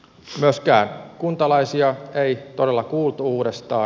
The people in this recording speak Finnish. myöskään kuntalaisia ei todella kuultu uudestaan